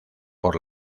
por